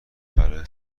برای